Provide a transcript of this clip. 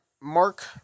Mark